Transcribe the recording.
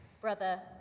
Brother